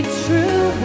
true